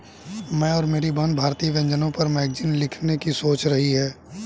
मैं और मेरी बहन भारतीय व्यंजनों पर मैगजीन लिखने की सोच रही है